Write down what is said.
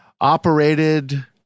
operated